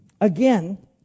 Again